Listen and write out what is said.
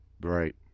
right